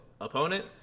opponent